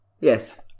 Yes